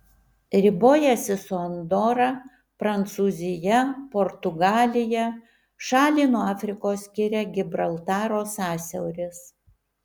ribojasi su andora prancūzija portugalija šalį nuo afrikos skiria gibraltaro sąsiauris